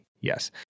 yes